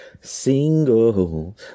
single